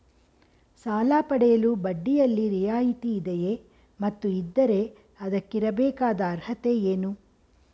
ಸಾಲ ಪಡೆಯಲು ಬಡ್ಡಿಯಲ್ಲಿ ರಿಯಾಯಿತಿ ಇದೆಯೇ ಮತ್ತು ಇದ್ದರೆ ಅದಕ್ಕಿರಬೇಕಾದ ಅರ್ಹತೆ ಏನು?